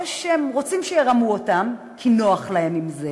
או שהם רוצים שירמו אותם כי נוח להם עם זה,